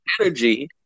energy